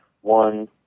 one